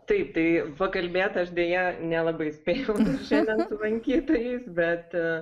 taip tai pakalbėt aš deja nelabai spėjau šiandien su lankytojais bet